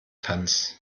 tanz